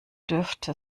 dürfte